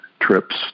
trips